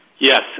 Yes